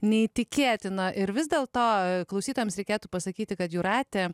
neįtikėtina ir vis dėlto klausytojams reikėtų pasakyti kad jūratė